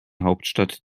hauptstadt